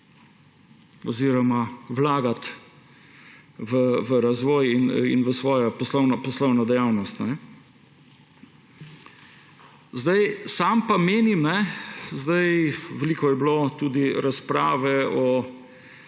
oziroma vlagat v razvoj in v svojo poslovno dejavnost. Veliko je bilo tudi razprave o